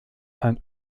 ein